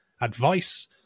advice